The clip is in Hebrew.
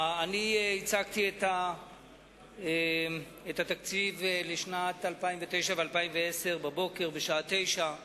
אני הצגתי את התקציב לשנים 2009 ו-2010 בבוקר בשעה 09:00,